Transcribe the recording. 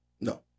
no